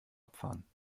abfahren